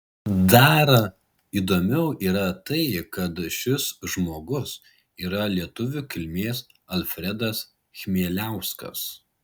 dar įdomiau yra tai kad šis žmogus yra lietuvių kilmės alfredas chmieliauskas